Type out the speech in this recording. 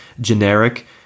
generic